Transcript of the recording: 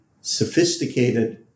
sophisticated